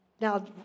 Now